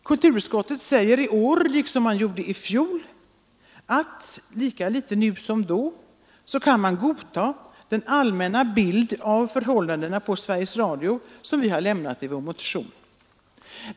Kulturutskottet säger också i år att man nu, lika litet som förra året, kan godta den allmänna bild av förhållandena inom Sveriges Radio som har lämnats i vår motion.